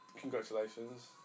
congratulations